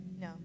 no